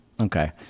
okay